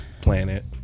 planet